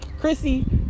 Chrissy